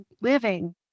living